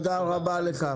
תודה רבה לך.